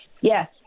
Yes